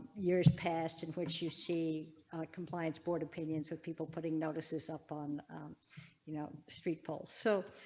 years passed in which you see compliance board opinions of people putting notices up on you know street pulso.